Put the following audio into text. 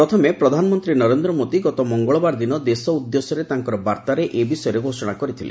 ପ୍ରଥମେ ପ୍ରଧାନମନ୍ତ୍ରୀ ନରେନ୍ଦ୍ର ମୋଦୀ ଗତ ମଙ୍ଗଳବାର ଦିନ ଦେଶ ଉଦ୍ଦେଶ୍ୟରେ ତାଙ୍କର ବାର୍ତ୍ତାରେ ଏ ବିଷୟରେ ଘୋଷଣା କରିଥିଲେ